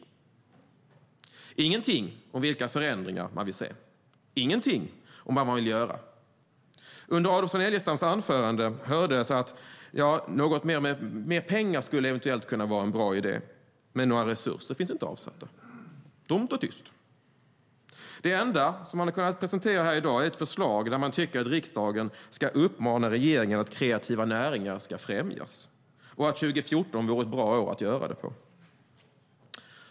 De säger ingenting om vilka förändringar de vill se, ingenting om vad de vill göra. Under Adolfsson Elgestams anförande hördes att mer pengar eventuellt skulle kunna vara en bra idé. Men några resurser finns inte avsatta. Det är tomt och tyst. Det enda man kunnat presentera här i dag är ett förslag om att riksdagen ska uppmana regeringen att främja kreativa näringar och att 2014 vore ett bra år för det.